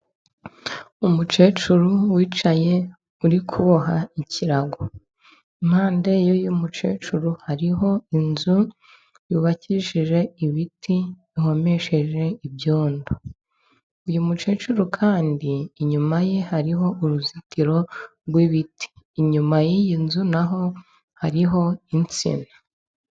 Umucecuru wicaye uri kuboha ikirago. Impande y'uyu mukecuru hariho inzu, yubakishije ibiti bihomesheje ibyondo. Uyu mukecuru kandi inyuma ye hariho uruzitiro rw'ibiti. Inyuma y'iyi nzu naho hariho insina.